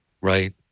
right